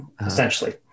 essentially